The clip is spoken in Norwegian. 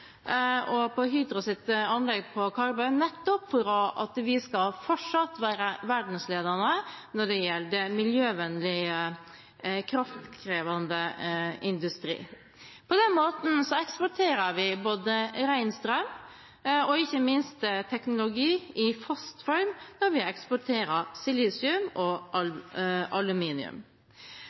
på Herøya og Hydros anlegg på Karmøy – nettopp for at vi fortsatt skal være verdensledende når det gjelder miljøvennlig, kraftkrevende industri. På den måten eksporterer vi både ren strøm og ikke minst teknologi i fast form når vi eksporterer silisium og aluminium.